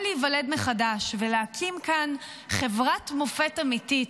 להיוולד מחדש ולהקים כאן חברת מופת אמיתית,